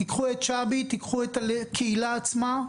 תיקחו את שבי, תיקחו את הקהילה עצמה,